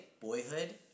Boyhood